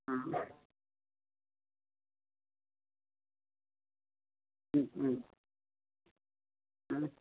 ആ